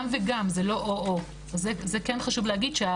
זה גם וגם זה לא או או, זה כן חשוב להגיד.